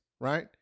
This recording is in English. right